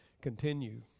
continue